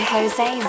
Jose